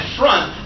front